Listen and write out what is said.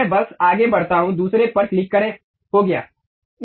मैं बस आगे बढ़ता हूं दूसरे पर क्लिक करें हो गया